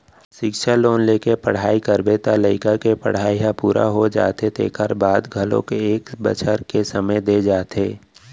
सिक्छा लोन लेके पढ़ई करबे त लइका के पड़हई ह पूरा हो जाथे तेखर बाद घलोक एक बछर के समे दे जाथे